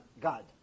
God